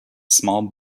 small